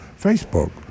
Facebook